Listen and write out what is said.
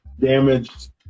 damaged